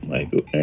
Michael